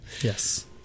Yes